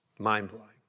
mind-blowing